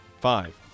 Five